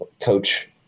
coach